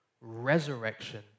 resurrection